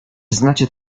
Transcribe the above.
znacie